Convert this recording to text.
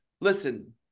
listen